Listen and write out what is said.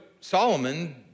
Solomon